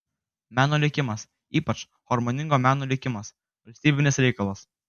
meno likimas ypač harmoningo meno likimas valstybinis reikalas